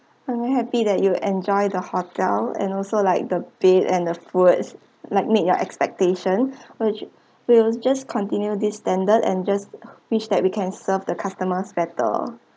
I'm happy that you enjoy the hotel and also like the bed and the foods like meet your expectation we'll just continue this standard and just wish that we can serve the customers better